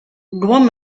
guon